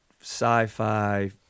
sci-fi